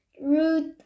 root